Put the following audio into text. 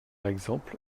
exemple